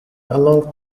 along